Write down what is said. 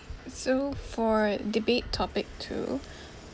so for debate topic two